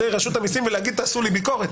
רשות המסים ולהגיד: תעשו לי ביקורת,